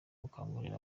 gukangurira